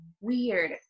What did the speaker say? weird